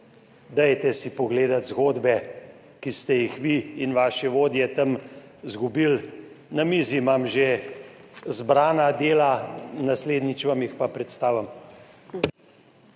dajte si pogledati zgodbe, ki ste jih vi in vaši vodje tam izgubili. Na mizi imam že zbrana dela, naslednjič vam jih pa predstavim.